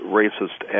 racist